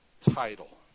title